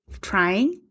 trying